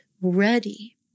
ready